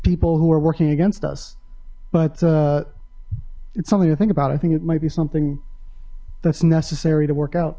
people who are working against us but it's something to think about i think it might be something that's necessary to work out